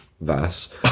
verse